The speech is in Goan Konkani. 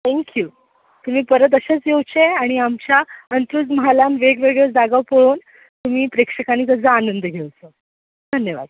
थँक्यू तुमी परत परत अशेंच येवचे आनी आमच्या अंत्रूज म्हालान वेगवेगळ्यो जागो पळोवन तुमी प्रेक्षकांनी तेजो आनंद घेवचो धन्यवाद